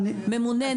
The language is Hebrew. הממונה,